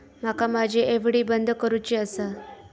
माका माझी एफ.डी बंद करुची आसा